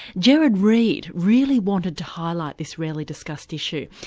gerard reed really wanted to highlight this rarely discussed issue.